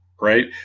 Right